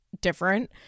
Different